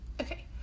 okay